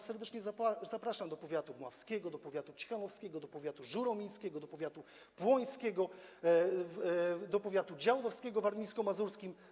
Serdecznie pana zapraszam do powiatu mławskiego, do powiatu ciechanowskiego, do powiatu żuromińskiego, do powiatu płońskiego, do powiatu działdowskiego w województwie warmińsko-mazurskim.